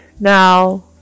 now